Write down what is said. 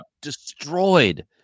destroyed